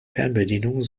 fernbedienung